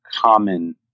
common